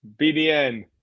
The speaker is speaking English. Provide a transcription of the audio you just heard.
BDN